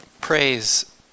praise